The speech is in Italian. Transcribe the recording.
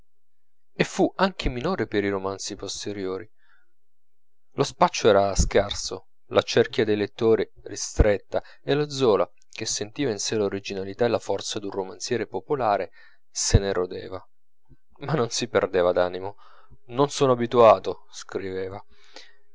e fu anche minore per i romanzi posteriori lo spaccio era scarso la cerchia dei lettori ristretta e lo zola che sentiva in sè l'originalità e la forza d'un romanziere popolare se ne rodeva ma non si perdeva d'animo non sono abituato scriveva